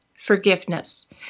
forgiveness